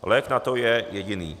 Lék na to je jediný.